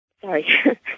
Sorry